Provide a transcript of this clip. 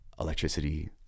electricity